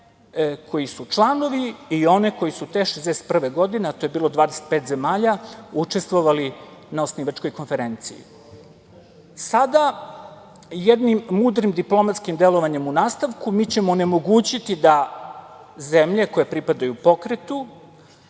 koji su članovi i one koji su te 1961. godine, a to je bilo 25 zemalja, učestvovali na osnivačkoj konferenciji. Sada jednim mudrim diplomatskim delovanjem u nastavku mi ćemo onemogućiti da zemlje koje pripadaju pokretu